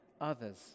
others